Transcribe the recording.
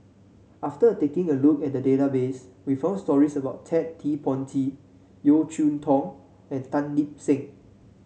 after taking a look at the database we found stories about Ted De Ponti Yeo Cheow Tong and Tan Lip Seng